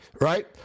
right